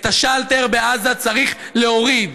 את השלטר בעזה צריך להוריד.